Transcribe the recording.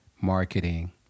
marketing